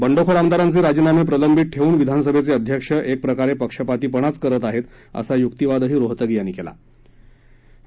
बंडखोर आमदारांच रिजीनाम चेलंबित ठर्कून विधानसभर्प अध्यक्ष एक प्रकार चेक्षपातीपणाच करत आहता असा युक्तिवादही रोहतगी यांनी कल्ना